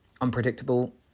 unpredictable